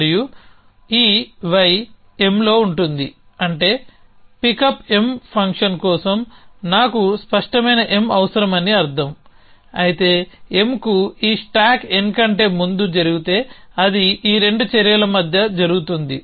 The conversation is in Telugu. మరియు ఈ y M లో ఉంటుంది అంటే Pickup కోసం నాకు స్పష్టమైన M అవసరం అని అర్థం అయితే M కు ఈ స్టాక్ n కంటే ముందు జరిగితే అది ఈ రెండు చర్యల మధ్య జరుగుతుంది